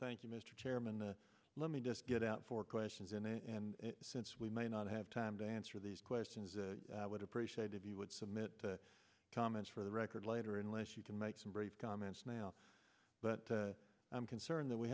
thank you mr chairman the let me just get out for questions in and since we may not have time to answer these questions i would appreciate if you would submit comments for the record later unless you can make some brief comments now but i'm concerned